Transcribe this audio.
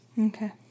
Okay